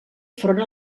front